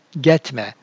Getme